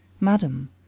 Madam